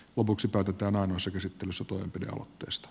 lopuksi päätetään ainoassa käsittelyssä toimenpidealoitteesta